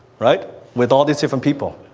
right? with all these different people.